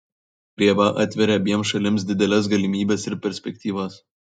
krėva atvėrė abiem šalims dideles galimybes ir perspektyvas